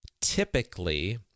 Typically